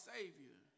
Savior